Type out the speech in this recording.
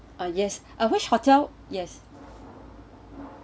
uh yes uh which hotel yes